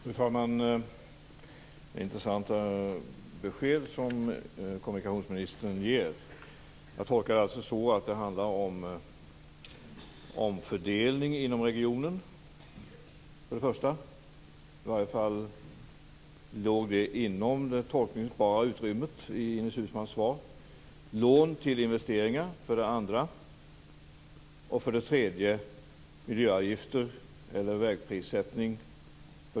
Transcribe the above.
Fru talman! Det är intressanta besked från kommunikationsministern. Jag tolkar det så att det för det första handlar om omfördelning inom regionen - det ligger inom det tolkningsbara utrymmet i Ines Uusmanns svar. För det andra är det lån till investeringar. För det tredje är det miljöavgifter eller vägprissättning.